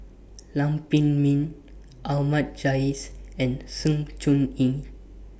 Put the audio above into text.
Lam Pin Min Ahmad Jais and Sng Choon Yee